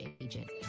agent